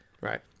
Right